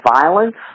violence